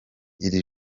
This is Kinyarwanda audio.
iri